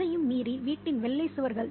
அதையும் மீறி வீட்டின் வெள்ளை சுவர்கள்